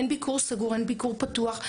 הן ביקור סגור הן ביקור פתוח.